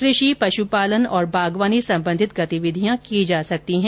कृषि पश्पालन और बागवानी संबंधित गतिविधियां की जा सकती है